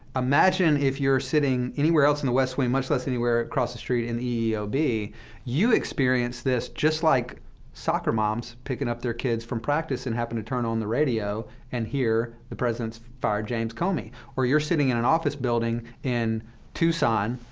imagine if you're sitting anywhere else in the west wing, much less anywhere across the street, in the eeob, you experience this just like soccer moms picking up their kids from practice and happen to turn on the radio and hear the president's fired james comey. or you're sitting in an office building in tucson,